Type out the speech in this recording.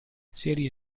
serie